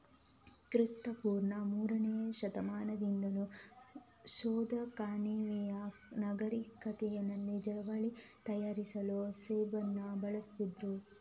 ಕ್ರಿಸ್ತ ಪೂರ್ವ ಮೂರನೇ ಶತಮಾನದಿಂದಲೂ ಸಿಂಧೂ ಕಣಿವೆಯ ನಾಗರಿಕತೆನಲ್ಲಿ ಜವಳಿ ತಯಾರಿಸಲು ಸೆಣಬನ್ನ ಬೆಳೀತಿದ್ರು